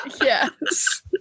Yes